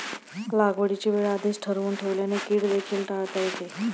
लागवडीची वेळ आधीच ठरवून ठेवल्याने कीड देखील टाळता येते